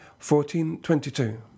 1422